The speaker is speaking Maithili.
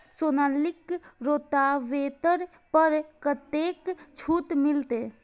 सोनालिका रोटावेटर पर कतेक छूट मिलते?